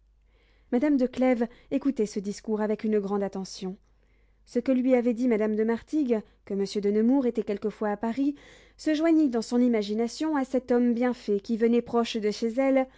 madame de clèves écoutait ce discours avec une grande attention ce que lui avait dit madame de martigues que monsieur de nemours était quelquefois à paris se joignit dans son imagination à cet homme bien fait qui venait proche de chez elle